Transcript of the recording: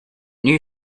you